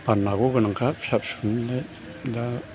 बान्नांगौ गोनांखा फिसा फिसौनिनो दा